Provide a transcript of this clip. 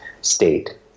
state